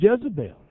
Jezebel